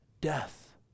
death